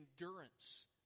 endurance